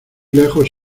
lejos